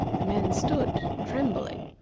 the men stood, trembling.